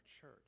church